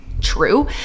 true